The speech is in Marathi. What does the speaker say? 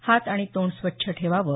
हात आणि तोंड स्वच्छ ठेवावं